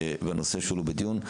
בנושאים שהועלו בדיון.